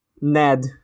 Ned